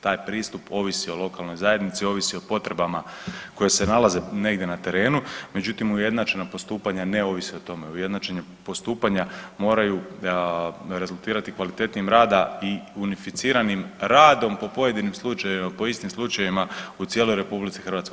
Taj pristup ovisi o lokalnoj zajednici, ovisi o potrebama koje se nalaze negdje na terenu, međutim ujednačena postupanja ne ovise o tome, ujednačena postupanja moraju rezultirati kvalitetnijem rada i unificiranim radom po pojedinim slučajevima, po istim slučajevima u cijeloj RH.